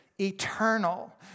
eternal